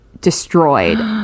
destroyed